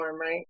right